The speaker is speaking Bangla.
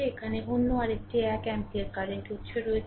এখানে অন্য আরেকটি 1 এম্পিয়ার কারেন্ট উৎস রয়েছে